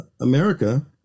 America